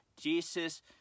Jesus